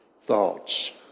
thoughts